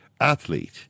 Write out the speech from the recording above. athlete